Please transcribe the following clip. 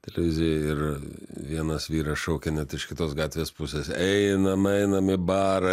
televizijoj ir vienas vyras šaukia net iš kitos gatvės pusės einam einam į barą